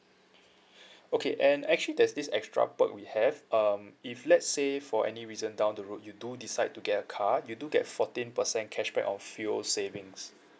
okay and actually there's this extra perk we have um if let's say for any reason down the road you do decide to get a car you do get fourteen percent cashback of fuel savings